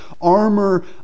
armor